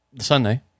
Sunday